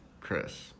Chris